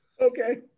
Okay